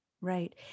right